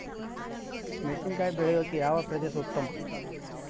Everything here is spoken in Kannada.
ಮೆಣಸಿನಕಾಯಿ ಬೆಳೆಯೊಕೆ ಯಾವ ಪ್ರದೇಶ ಉತ್ತಮ?